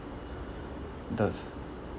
does